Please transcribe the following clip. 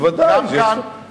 ודאי שיש תקלות.